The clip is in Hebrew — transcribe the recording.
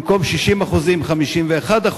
במקום 60%, 51%